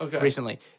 recently